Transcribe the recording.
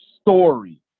story